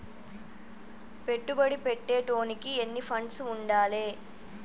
పెట్టుబడి పెట్టేటోనికి ఎన్ని ఫండ్స్ ఉండాలే?